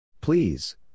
Please